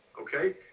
okay